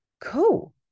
cool